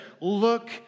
look